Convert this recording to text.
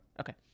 Okay